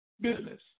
business